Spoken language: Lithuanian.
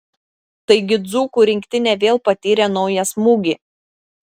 taigi dzūkų rinktinė vėl patyrė naują smūgį